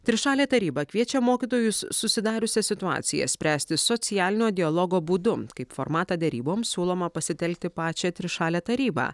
trišalė taryba kviečia mokytojus susidariusią situaciją spręsti socialinio dialogo būdu kaip formatą deryboms siūloma pasitelkti pačią trišalę tarybą